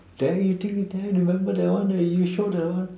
there you think you cannot remember the one that you show that one